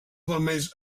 vermells